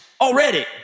already